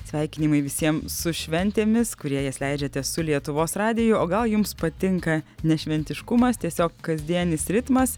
sveikinimai visiem su šventėmis kurie jas leidžiate su lietuvos radiju o gal jums patinka ne šventiškumas tiesiog kasdienis ritmas